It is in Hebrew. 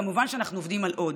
וכמובן אנחנו עובדים על עוד: